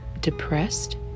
depressed